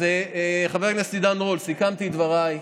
אז חבר הכנסת עידן רול, סיכמתי את דבריי.